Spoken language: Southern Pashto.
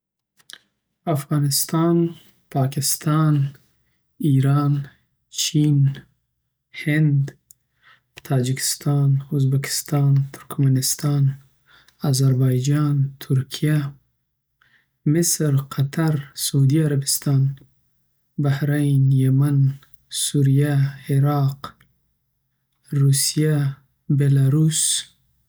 افغانستان، پاکستان، ایران چین، هند تاجکستان، ازبکستان، ترکمنستان، آزربایجان، ترکیه مصر، قطر، سعودی عربستان، بحرین، یمن، سوریه، عراق روسیه بلاروس